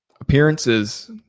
appearances